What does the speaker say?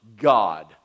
God